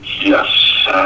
Yes